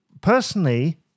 personally